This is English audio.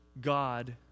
God